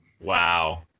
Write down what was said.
Wow